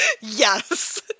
Yes